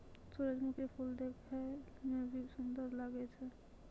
सुरजमुखी फूल देखै मे भी सुन्दर लागै छै